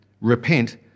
Repent